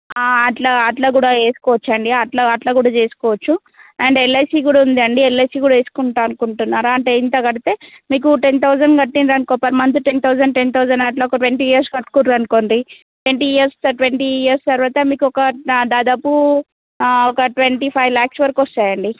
అలా అలా కూడా వేసుకోవచ్చు అండి అలా అలాట్లా కూడా చేసుకోవచ్చు అండ్ ఎల్ఐసీ కూడా ఉంది అండి ఎల్ఐసీ కూడా వేసుకుంటా అనుకుంటున్నారా అంటే ఇంత కడితే మీకు టెన్ థౌసండ్ కట్టిండ్రు అనుకో per month ten thousand ten thousand అలా ఒక ట్వంటీ ఇయర్స్ కట్టుకుర్రు అనుకోండి ట్వంటీ ఇయర్స్ ట్వంటీ ఇయర్స్ తరువాత మీకు ఒక దాదాపు ఒక ట్వంటీ ఫైవ్ ల్యాక్స్ వరకు వస్తాయండి